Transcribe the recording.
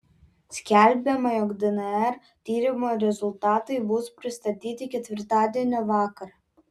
skelbiama jog dnr tyrimo rezultatai bus pristatyti ketvirtadienio vakarą